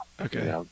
Okay